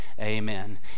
amen